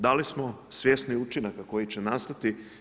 Da li smo svjesni učinaka koji će nastaviti?